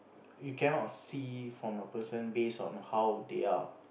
you cannot see from a person based on how they are